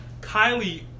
Kylie